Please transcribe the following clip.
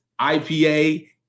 IPA